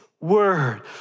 word